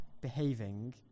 behaving